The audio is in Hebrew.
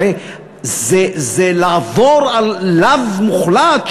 הרי זה לעבור על לאו מוחלט.